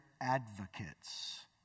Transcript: advocates